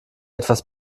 etwas